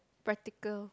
practical